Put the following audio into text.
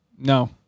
No